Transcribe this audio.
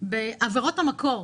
בעבירות המקור.